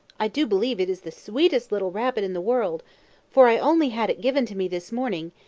i do believe it is the sweetest little rabbit in the world for i only had it given to me this morning,